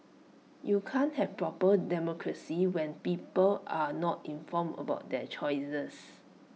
you can't have A proper democracy when people are not informed about their choices